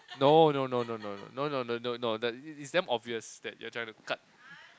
no no no no no no no no no no it's damn obvious that you're trying to cut